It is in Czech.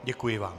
Děkuji vám.